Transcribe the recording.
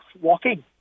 walking